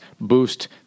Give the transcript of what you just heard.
boost